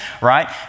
right